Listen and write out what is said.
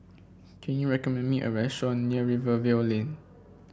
can you recommend me a restaurant near Rivervale Lane